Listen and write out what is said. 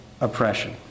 oppression